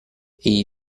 egli